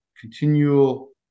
continual